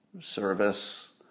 service